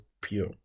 pure